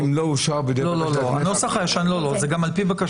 זה גם על פי בקשתנו.